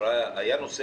היה נושא